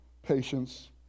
patience